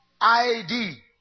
ID